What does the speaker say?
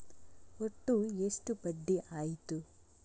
ಒಟ್ಟು ಎಷ್ಟು ಬಡ್ಡಿ ಆಯಿತು?